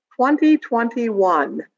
2021